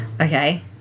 Okay